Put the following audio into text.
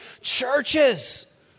churches